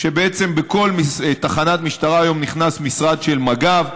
כשבעצם בכל תחנת משטרה היום נכנס משרד של מג"ב.